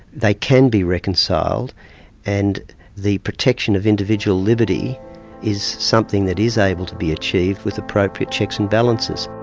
they can be reconciled and the protection of individual liberty is something that is able to be achieved with appropriate checks and balances.